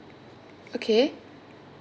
okay